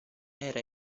era